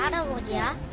um our dad.